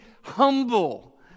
humble